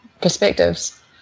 perspectives